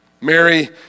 Mary